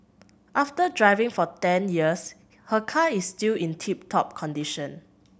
after driving for ten years her car is still in tip top condition